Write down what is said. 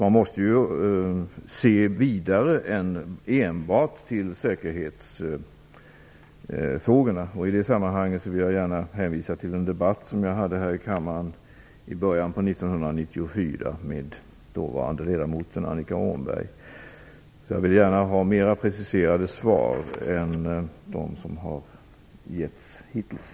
Man måste ju se vidare än enbart till säkerhetsfrågorna. Jag vill i det sammanhanget hänvisa till en debatt här i kammaren i början på 1994 mellan mig och dåvarande ledamoten Annika Åhnberg. Jag vill ha mera preciserade svar än de som hittills har givits.